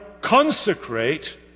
consecrate